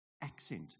accent